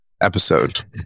episode